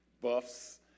buffs